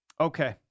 Okay